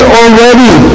already